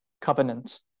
covenant